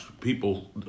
People